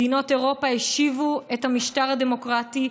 מדינות אירופה השיבו את המשטר הדמוקרטי,